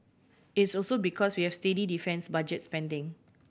it's also because we have steady defence budget spending